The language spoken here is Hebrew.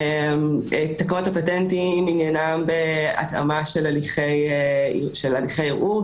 תקנות הפטנטים עניינן בהתאמה של הליכי ערעור,